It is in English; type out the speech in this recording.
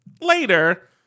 later